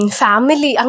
family